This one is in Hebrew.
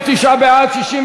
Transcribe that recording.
ציבוריים.